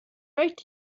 möchte